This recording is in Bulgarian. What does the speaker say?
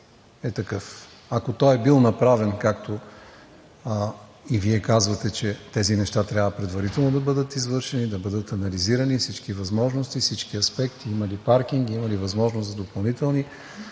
е такъв. Ако той е бил направен, както и Вие казвате, че тези неща трябва предварително да бъдат извършени, да бъдат анализирани всички възможности и всички аспекти, има ли паркинги, има ли възможност за допълнително